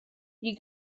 you